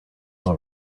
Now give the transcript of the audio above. all